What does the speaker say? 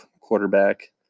quarterback